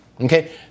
Okay